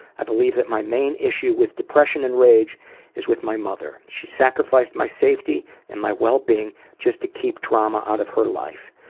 i believe my main issue with depression and rage is with my mother. she sacrificed my safety and my wellbeing just to keep drama out of her life.